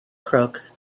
crook